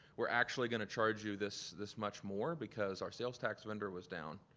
we're actually gonna charge you this, this much more, because our sales tax vendor was down?